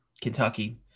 Kentucky